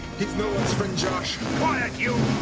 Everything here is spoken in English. he's no one's friend, josh! quiet, you!